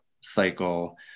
cycle